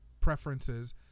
preferences